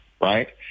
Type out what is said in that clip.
right